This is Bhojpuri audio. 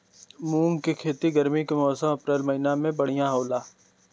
मुंग के खेती गर्मी के मौसम अप्रैल महीना में बढ़ियां होला?